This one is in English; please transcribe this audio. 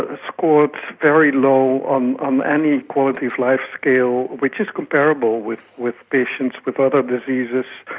ah scored very low on um any quality of life scale, which is comparable with with patients with other diseases